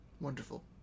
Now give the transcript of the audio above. Wonderful